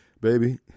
Baby